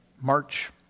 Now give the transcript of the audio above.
March